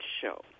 show